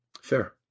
Fair